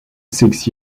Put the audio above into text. six